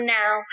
now